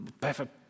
perfect